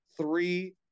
three